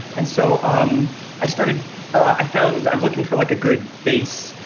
and so um i started i found i was looking for like a good base,